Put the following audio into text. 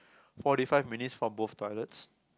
forty five minutes for both toilets